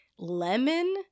Lemon